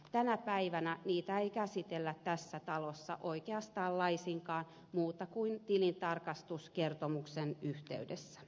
tänä päivänä niitä ei käsitellä tässä talossa oikeastaan laisinkaan muuten kuin tilintarkastuskertomuksen yhteydessä